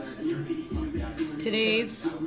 Today's